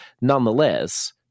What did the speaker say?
Nonetheless